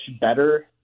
better